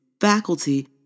faculty